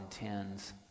intends